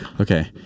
Okay